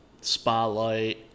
spotlight